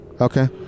okay